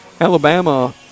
Alabama